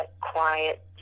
quiet